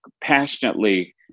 passionately